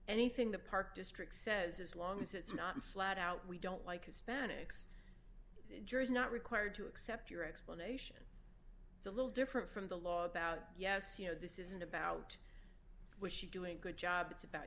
anything the park district says as long as it's not flat out we don't like hispanics jurors not required to accept your explanation it's a little different from the law about yes you know this isn't about was she doing a good job it's about